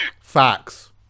Facts